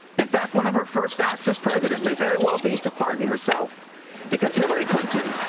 in fact, one of her first acts as president may very well be to pardon herself because hillary clinton.